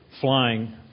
flying